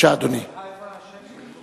איפה השם שלי?